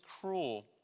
cruel